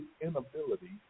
inability